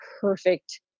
perfect